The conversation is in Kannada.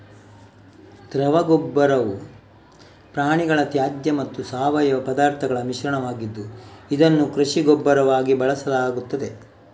ದ್ರವ ಗೊಬ್ಬರವು ಪ್ರಾಣಿಗಳ ತ್ಯಾಜ್ಯ ಮತ್ತು ಸಾವಯವ ಪದಾರ್ಥಗಳ ಮಿಶ್ರಣವಾಗಿದ್ದು, ಇದನ್ನು ಕೃಷಿ ಗೊಬ್ಬರವಾಗಿ ಬಳಸಲಾಗ್ತದೆ